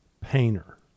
painter